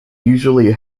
usually